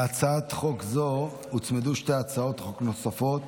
להצעת חוק זו הוצמדו שתי הצעות חוק נוספות,